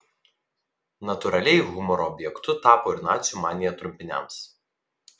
natūraliai humoro objektu tapo ir nacių manija trumpiniams